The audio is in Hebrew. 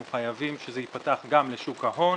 אנחנו חייבים שזה ייפתח גם לשוק ההון,